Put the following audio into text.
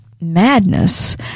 madness